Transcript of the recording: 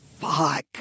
fuck